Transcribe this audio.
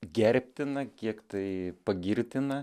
gerbtina kiek tai pagirtina